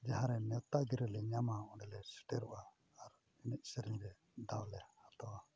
ᱡᱟᱦᱟᱸ ᱨᱮ ᱱᱮᱶᱛᱟ ᱜᱤᱨᱟᱹ ᱞᱮ ᱧᱟᱢᱟ ᱚᱸᱰᱮ ᱞᱮ ᱥᱮᱴᱮᱨᱚᱜᱼᱟ ᱟᱨ ᱮᱱᱮᱡ ᱥᱮᱨᱮᱧ ᱨᱮ ᱫᱟᱣ ᱞᱮ ᱦᱟᱛᱟᱣᱟ